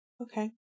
Okay